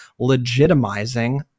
legitimizing